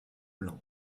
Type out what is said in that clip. blanc